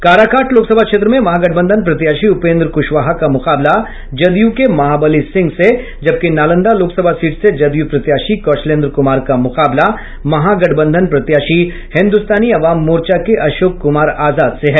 काराकाट लोकसभा क्षेत्र में महागठबंधन प्रत्याशी उपेन्द्र कुशवाहा का मुकाबला जदयू के महाबली सिंह से जबकि नालंदा लोकसभा सीट से जदयू प्रत्याशी कौशलेन्द्र कुमार का मुकाबला महागठबंधन प्रत्याशी हिन्दुस्तानी अवाम मोर्चा के अशोक कुमार आजाद से है